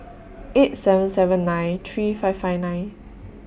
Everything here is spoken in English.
eight seven seven nine three five five nine